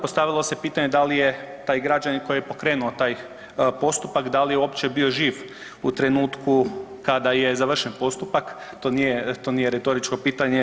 Postavilo se pitanje da li je taj građanin koji je pokrenuo taj postupak da li je uopće bio živ u trenutku kada je završen postupak, to nije retoričko pitanje.